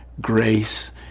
Grace